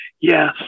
yes